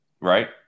right